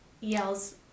yells